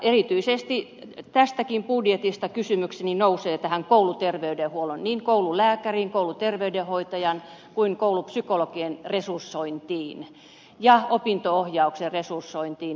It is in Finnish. erityisesti tässäkin budjetissa kysymykseni nousee tähän kouluterveydenhuollon niin koululääkärien kouluterveydenhoitajien kuin koulupsykologien resursointiin ja opinto ohjauksen resursointiin